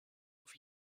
auf